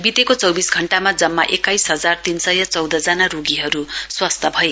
बितेको चौविस घण्टामा जम्मा एक्काइस हजार तीन सय चौधजना रोगीहरू स्वस्थ भए